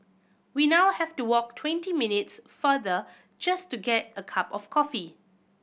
we now have to walk twenty minutes farther just to get a cup of coffee